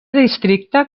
districte